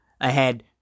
ahead